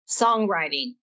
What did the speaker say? songwriting